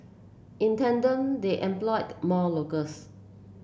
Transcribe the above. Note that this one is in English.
in tandem they employed more locals